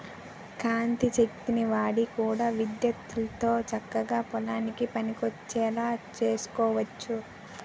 కాంతి శక్తిని వాడి కూడా విద్యుత్తుతో చక్కగా పొలానికి పనికొచ్చేలా సేసుకోవచ్చు